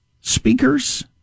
speakers